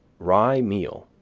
rye meal.